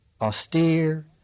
austere